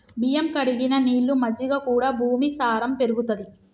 బియ్యం కడిగిన నీళ్లు, మజ్జిగ కూడా భూమి సారం పెరుగుతది